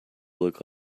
look